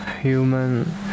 human